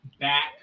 back